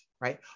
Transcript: right